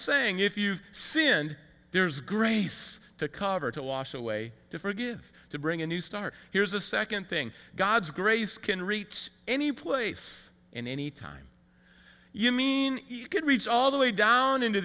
saying if you've sinned there's grace the cover to wash away to forgive to bring a new start here's a second thing god's grace can reach any place in any time you mean you could reach all the way down into